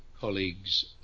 colleagues